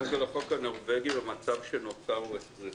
קודם כול, החוק הנורווגי במצב שנוצר הוא הכרחי.